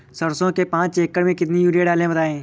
सरसो के पाँच एकड़ में कितनी यूरिया डालें बताएं?